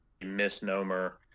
misnomer